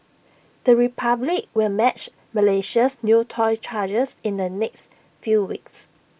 the republic will match Malaysia's new toll charges in the next few weeks